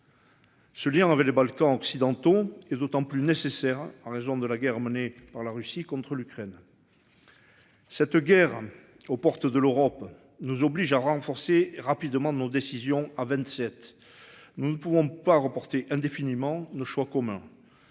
Ce lien. On avait les Balkans occidentaux et d'autant plus nécessaire en raison de la guerre menée par la Russie contre l'Ukraine. Cette guerre aux portes de l'Europe nous oblige à renforcer rapidement de nos décisions, à 27. Nous ne pouvons pas reporter indéfiniment nos choix commun.